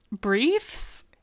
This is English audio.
briefs